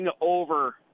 over